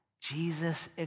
Jesus